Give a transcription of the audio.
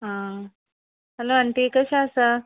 आं hello aunty कशें आसा